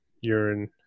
urine